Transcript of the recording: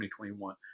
2021